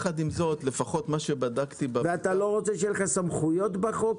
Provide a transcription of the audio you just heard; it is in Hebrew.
אתה לא רוצה שיהיו לך סמכויות בחוק?